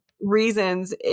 reasons